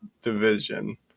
division